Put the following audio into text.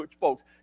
folks